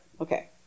Okay